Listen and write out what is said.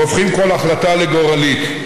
והופכים כל החלטה לגורלית.